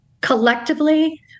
collectively